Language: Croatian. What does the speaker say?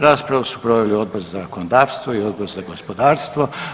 Raspravu su proveli Odbor za zakonodavstvo i Odbor za gospodarstvo.